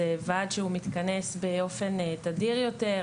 זה ועד שהוא מתכנס באופן תדיר יותר,